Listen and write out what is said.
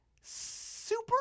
Super